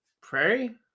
Prairie